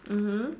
mmhmm